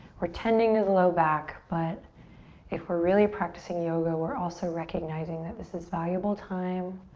we're tending to the low back but if we're really practicing yoga we're also recognizing that this is valuable time